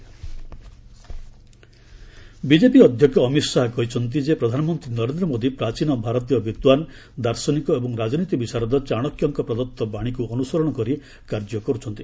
Pune Amit Shah BJP ଅଧ୍ୟକ୍ଷ ଅମିତ ଶାହା କହିଛନ୍ତି ଯେ ପ୍ରଧାନମନ୍ତ୍ରୀ ନରେନ୍ଦ୍ର ମୋଦି ପ୍ରାଚୀନ ଭାରତୀୟ ବିଦ୍ୱାନ ଦାର୍ଶନିକ ଏବଂ ରାଜନୀତି ବିଶାରଦ ଚାଶକ୍ୟଙ୍କ ପ୍ରଦତ୍ତ ବାଣୀକୁ ଅନୁସରଣ କରି କାର୍ଯ୍ୟ କରୁଛନ୍ତି